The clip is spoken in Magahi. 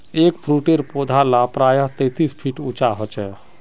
एगफ्रूटेर पौधा ला प्रायः तेतीस फीट उंचा होचे